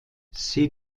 sie